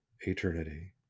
eternity